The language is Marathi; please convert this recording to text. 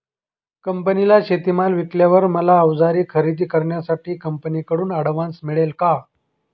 कंपनीला शेतीमाल विकल्यावर मला औजारे खरेदी करण्यासाठी कंपनीकडून ऍडव्हान्स मिळेल का?